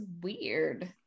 weird